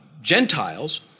Gentiles